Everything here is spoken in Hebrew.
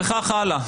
וכך הלאה,